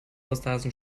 osterhasen